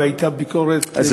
והייתה ביקורת לפני שנתיים,